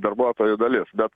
darbuotojų dalis bet